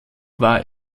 war